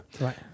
Right